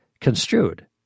construed